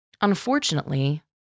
Unfortunately